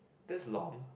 this long